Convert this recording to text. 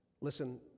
listen